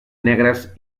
negres